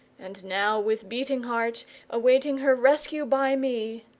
and now with beating heart awaiting her rescue by me,